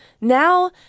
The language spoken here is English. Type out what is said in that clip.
Now